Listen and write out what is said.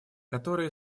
которая